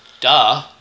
Duh